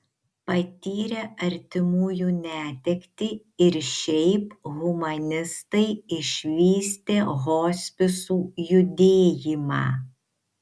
patyrę artimųjų netektį ir šiaip humanistai išvystė hospisų judėjimą